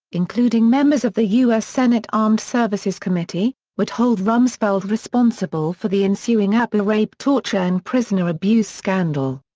including members of the u s. senate armed services committee, would hold rumsfeld responsible for the ensuing abu ghraib torture and prisoner abuse scandal.